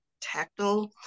tactile